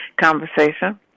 conversation